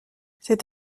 cette